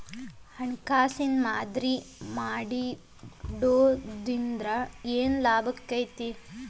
ಹಣ್ಕಾಸಿನ್ ಮಾದರಿ ಮಾಡಿಡೊದ್ರಿಂದಾ ಏನ್ ಲಾಭಾಕ್ಕೇತಿ?